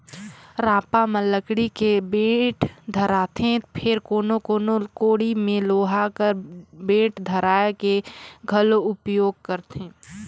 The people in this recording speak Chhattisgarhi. रापा म लकड़ी के बेठ धराएथे फेर कोनो कोनो कोड़ी मे लोहा कर बेठ धराए के घलो उपियोग करथे